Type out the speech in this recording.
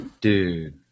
Dude